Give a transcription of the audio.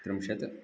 त्रिंशत्